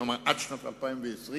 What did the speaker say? כלומר עד שנת 2020,